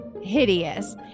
hideous